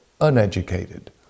uneducated